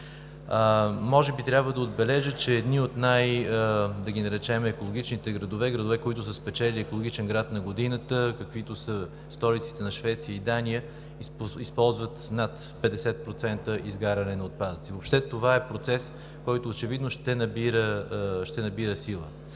Може би трябва да отбележа, че едни от най- да ги наречем екологичните градове, градове, които са спечелили „Екологичен град на годината“, каквито са столиците на Швеция и Дания, използват над 50% изгаряне на отпадъци. Въобще това е процес, който очевидно ще набира сила.